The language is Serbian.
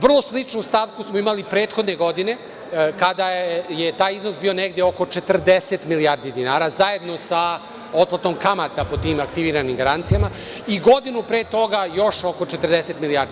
Vrlo sličnu stavku smo imali prethodne godine, kada je taj iznos bio negde oko 40 milijardi dinara zajedno sa otplatom kamata po tim aktiviranim garancijama, i godinu pre toga još oko 40 milijardi.